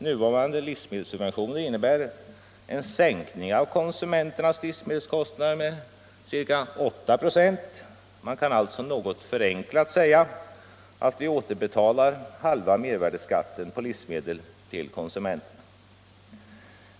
Nuvarande livsmedelssubventioner innebär en sänkning av konsumenternas livsmedelskostnader med ca 8 26. Man kan alltså något förenklat säga, att vi återbetalar halva mervärdeskatten på livsmedel till konsumenterna.